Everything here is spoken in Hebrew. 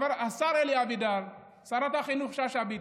השר אלי אבידר, שרת החינוך שאשא ביטון,